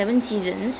mm